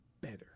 better